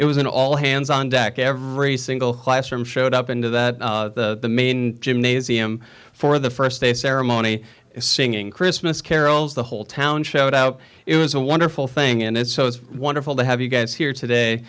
it was an all hands on deck every single classroom showed up into that the main gymnasium for the st day ceremony singing christmas carols the whole town showed out it was a wonderful thing and it's wonderful to have you guys here today